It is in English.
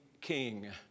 king